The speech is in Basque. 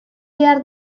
behar